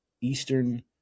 Eastern